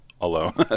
alone